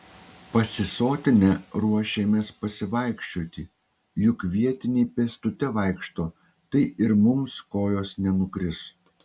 pasisotinę ruošėmės pasivaikščioti juk vietiniai pėstute vaikšto tai ir mums kojos nenukris